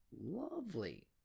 lovely